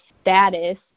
status